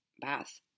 bath